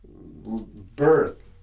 birth